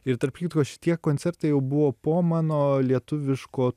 ir tarp kitko šitie koncertai jau buvo po mano lietuviško